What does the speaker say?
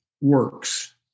works